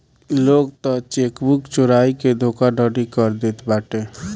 लोग तअ चेकबुक चोराई के धोखाधड़ी कर देत बाटे